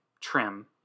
trim